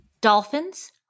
Dolphins